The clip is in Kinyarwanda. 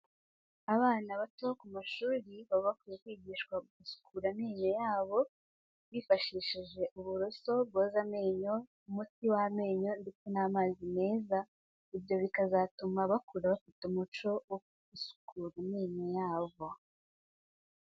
Abana bato ku mashuri baba bakwiye kwigishwa gusukura amenyo yabo, bifashishije uburoso bwoza amenyo, umuti w'amenyo ndetse n'amazi meza, ibyo bikazatuma bakura bafite umuco wo gusukura amenyo yabo.